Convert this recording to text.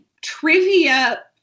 trivia